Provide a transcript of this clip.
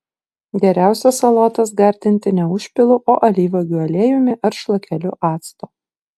geriausia salotas gardinti ne užpilu o alyvuogių aliejumi ar šlakeliu acto